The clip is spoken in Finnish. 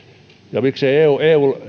ja miksei eu eu